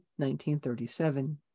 1937